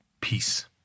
peace